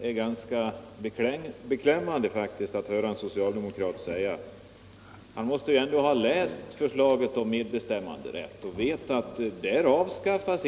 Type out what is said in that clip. ganska beklämmande att höra en socialdemokrat säga att § 32 kommer att avskaffas.